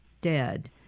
dead